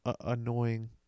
annoying